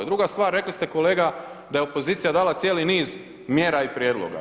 Druga stvar, rekli ste kolega da je opozicija dala cijeli niz mjera i prijedloga.